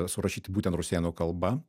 surašyti būtent rusėnų kalba